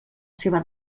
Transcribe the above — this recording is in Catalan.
seva